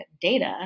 data